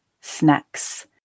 snacks